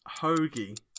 hoagie